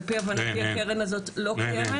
הקרן הזאת לא קיימת.